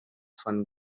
von